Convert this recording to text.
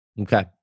Okay